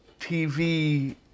TV